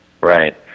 Right